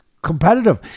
Competitive